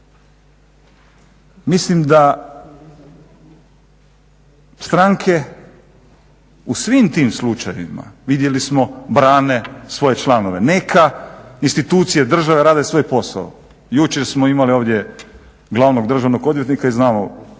Mislim da stranke u svim tim slučajevima, vidjeli smo, brane svoje članove. Neka institucije države rade svoj posao. Jučer smo imali ovdje glavnog državnog odvjetnika i znamo,